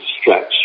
stretch